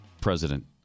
president